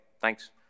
Thanks